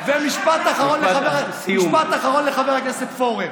ומשפט אחרון לחבר הכנסת פורר.